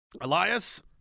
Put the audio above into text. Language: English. Elias